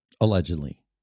allegedly